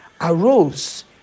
arose